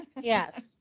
Yes